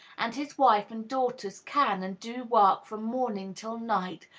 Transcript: and his wife and daughters can and do work from morning till night,